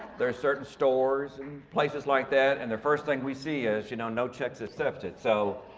there are certain stores and places like that. and the first thing we see is you know no czechs accepted. so